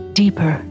deeper